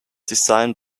designed